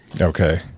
Okay